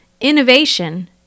Innovation